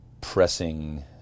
pressing